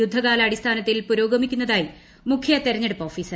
യുദ്ധകാലാടിസ്ഥാനത്തിൽ ്പുരോഗമിക്കുന്നതായി മുഖ്യ തെരഞ്ഞെടുപ്പ് ഓഫീസർ